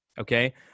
okay